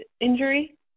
injury